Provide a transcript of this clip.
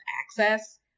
access